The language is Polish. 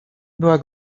była